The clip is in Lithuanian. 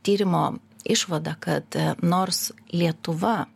tyrimo išvada kad e nors lietuva